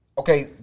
Okay